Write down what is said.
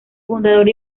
fundador